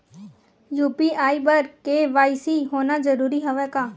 UPI बर KYC होना जरूरी हवय का?